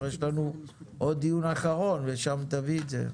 יש לנו עוד דיון אחרון ושם תביא את זה.